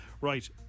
Right